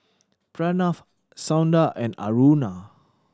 Pranav Sundar and Aruna